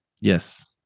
Yes